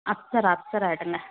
அப்ஸரா அப்ஸரா எடுங்க